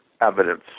evidence